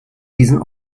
diesen